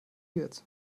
jetzt